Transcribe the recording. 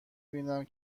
بینم